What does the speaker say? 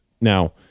Now